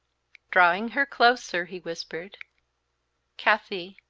drawing her closer, he whispered kathie,